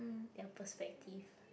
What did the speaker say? ya perspective